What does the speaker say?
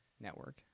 network